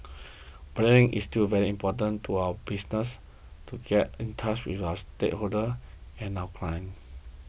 branding is still very important for our business to get in touch with our stakeholders and our clients